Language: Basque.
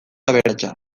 aberatsa